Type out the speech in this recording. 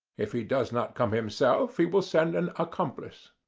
if he does not come himself he will send an accomplice.